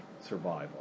survival